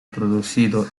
producido